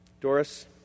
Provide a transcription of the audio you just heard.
Doris